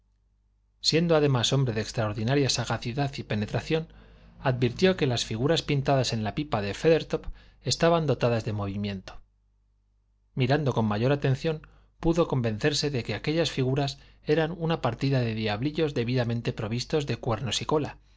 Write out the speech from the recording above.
siendo además hombre de extraordinaria sagacidad y penetración advirtió que las figuras pintadas en la pipa de feathertop estaban dotadas de movimiento mirando con mayor atención pudo convencerse de que aquellas figuras eran una partida de diablillos debidamente provistos de cuernos y cola